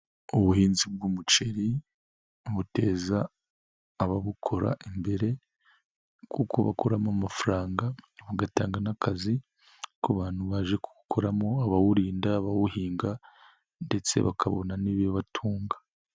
Ubuhinzi bw'umuceri buteza ababukora imbere kuko bakuramo amafaranga, bagatanga n'akazi, ku bantu baje gukoramo, abawurinda, abawuhinga ndetse bakabona n'ibibatunga.